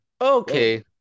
okay